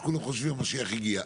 קודם חושבים שהמשיח הגיע.